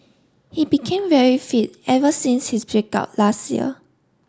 he became very fit ever since his break up last year